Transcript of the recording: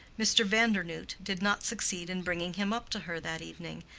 mr. vandernoodt did not succeed in bringing him up to her that evening,